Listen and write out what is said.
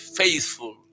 faithful